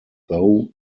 though